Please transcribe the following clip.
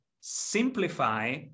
simplify